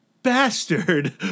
Bastard